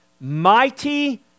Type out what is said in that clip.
Mighty